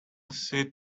see